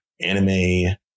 Anime